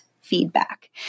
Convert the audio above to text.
feedback